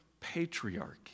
patriarchy